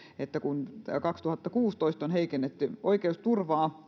että kun kaksituhattakuusitoista on heikennetty oikeusturvaa